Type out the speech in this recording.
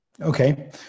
Okay